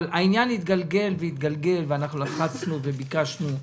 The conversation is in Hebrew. העניין התגלגל והתגלגל ואנחנו לחצנו וביקשנו.